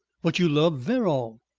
but you love verrall.